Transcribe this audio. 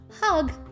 hug